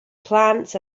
plants